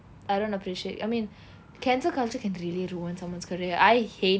I don't appreciate I mean cancel culture can really ruin someone's career I hate